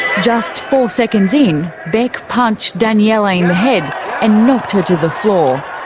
just four seconds in, bec punched daniela in the head and knocked her to the floor.